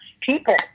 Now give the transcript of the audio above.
people